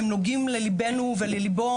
והם נוגעים לליבנו ולליבו,